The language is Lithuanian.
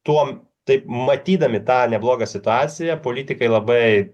tuom taip matydami tą neblogą situaciją politikai labai